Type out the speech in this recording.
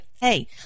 hey